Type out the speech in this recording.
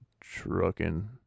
trucking